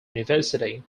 university